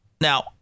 Now